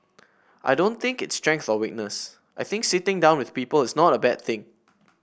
I don't think it's strength or weakness I think sitting down with people is not a bad thing